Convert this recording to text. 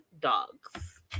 dogs